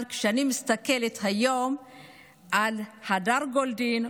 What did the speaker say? אבל היום כשאני מסתכלת על הדר גולדין,